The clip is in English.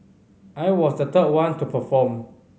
I was the third one to perform